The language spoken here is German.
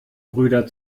brüder